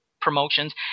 promotions